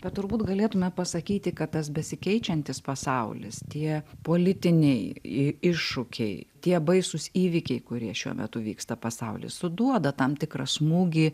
bet turbūt galėtume pasakyti kad tas besikeičiantis pasaulis tie politiniai iššūkiai tie baisūs įvykiai kurie šiuo metu vyksta pasauly suduoda tam tikrą smūgį